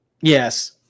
Yes